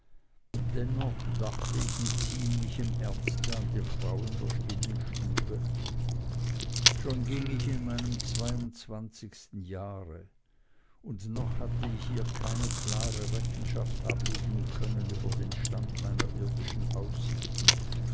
dennoch dachte ich mit ziemlichem ernste an die frau in der stillen stube schon ging ich in meinem zweiundzwanzigsten jahre und noch hatte ich ihr keine klare rechenschaft ablegen können über den stand meiner irdischen aussichten